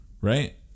Right